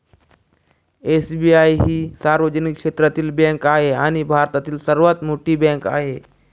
SBI ही सार्वजनिक क्षेत्रातील बँक आहे आणि भारतातील सर्वात मोठी बँक आहे